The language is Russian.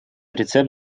рецепт